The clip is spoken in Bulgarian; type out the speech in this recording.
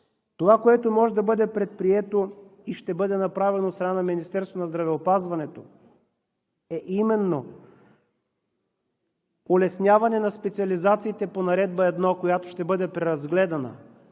Това, което може да бъде предприето и ще бъде направено от страна на Министерството на здравеопазването, е именно улесняване на специализациите по Наредба № 1, която ще бъде преразгледана.